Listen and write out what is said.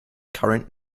current